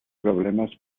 problemas